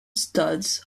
studs